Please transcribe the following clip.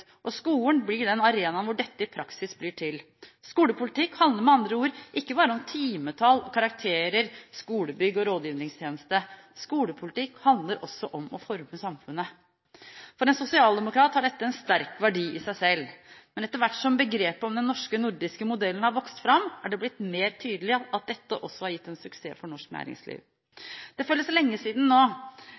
og skolen blir den arenaen hvor dette i praksis blir til. Skolepolitikk handler med andre ord ikke bare om timetall, karakterer, skolebygg og rådgivningstjeneste, skolepolitikk handler også om å forme samfunnet. For en sosialdemokrat har dette en sterk verdi i seg selv, men etter hvert som begrepet om den norske/nordiske modellen har vokst fram, er det blitt mer tydelig at dette også har gitt en suksess for norsk næringsliv. Det føles lenge siden nå,